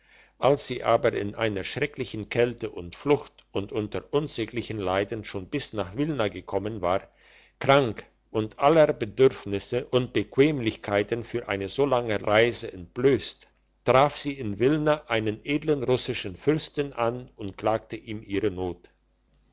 als sie aber in einer schrecklichen kälte und flucht und unter unsäglichen leiden schon bis nach wilna gekommen war krank und aller bedürfnisse und bequemlichkeiten für eine so lange reise entblösst traf sie in wilna einen edlen russischen fürsten an und klagte ihm ihre not